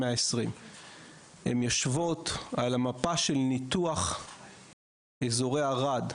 הן יושבות על המפה של ניתוח אזורי ערד.